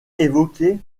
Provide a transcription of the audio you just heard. évoqué